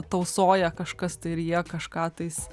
tausoja kažkas tai ir jie kažką tais